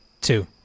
Two